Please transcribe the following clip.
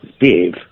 Dave